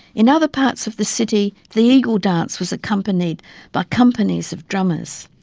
in other parts of the city the eagle dance was accompanied by companies of drummers.